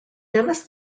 dennis